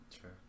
Sure